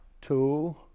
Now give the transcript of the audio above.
two